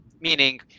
meaning